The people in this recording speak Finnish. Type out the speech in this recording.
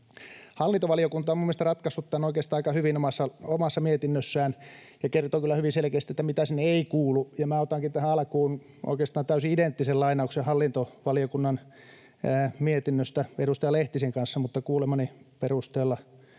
hallintovaliokunta on mielestäni ratkaissut tämän oikeastaan aika hyvin omassa mietinnössään ja kertoo kyllä hyvin selkeästi, mitä sinne ei kuulu. Otankin tähän alkuun oikeastaan täysin identtisen lainauksen hallintovaliokunnan mietinnöstä edustaja Lehtisen kanssa, mutta kuulemani perusteella